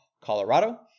Colorado